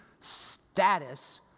status